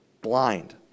blind